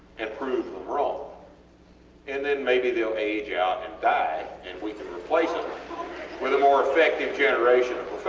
and prove them wrong and then maybe theyll age out and die and we can replace them with a more effective generation of